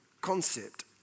concept